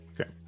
Okay